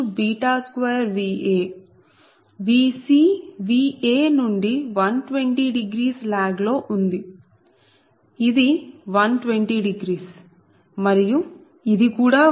Vc Va నుండి 120లాగ్ లో ఉంది ఇది 120 మరియు ఇది కూడా 120